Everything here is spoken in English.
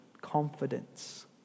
confidence